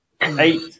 Eight